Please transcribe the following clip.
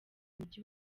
umujyi